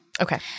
Okay